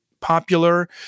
popular